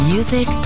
Music